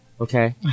Okay